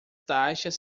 taxas